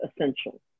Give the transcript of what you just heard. essential